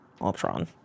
Ultron